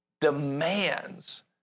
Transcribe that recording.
demands